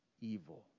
evil